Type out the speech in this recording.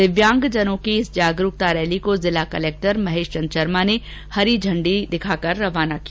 दिव्यांगजनों की इस जागरूकता रैली को जिला कलेक्टर महेश चंद्र शर्मा ने हरी इांडी दिखाकर रवाना किया